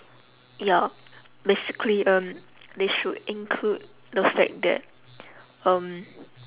ya basically um they should include the fact that um